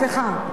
סליחה,